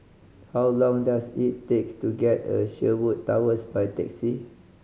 how long does it takes to get a Sherwood Towers by taxi